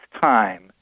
time